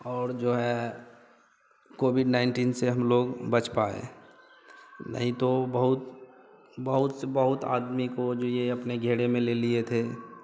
और जो है कोविड नाइनटीन से हम लोग बच पाए नहीं तो बहुत बहुत से बहुत आदमी को जो यह अपने घेरे में ले लिए थे